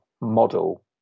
model